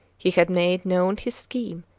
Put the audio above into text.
he had made known his scheme,